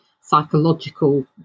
psychological